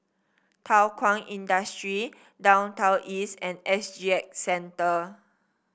Thow Kwang Industry Downtown East and S G X Centre